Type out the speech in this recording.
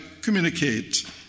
communicate